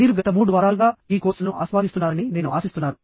మీరు గత 3 వారాలుగా ఈ కోర్సును ఆస్వాదిస్తున్నారని నేను ఆశిస్తున్నాను